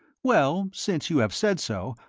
well, since you have said so,